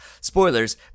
Spoilers